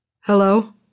Hello